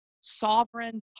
sovereign